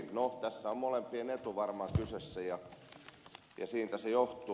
no tässä on molempien etu varmaan kyseessä ja siitä se johtuu